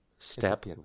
step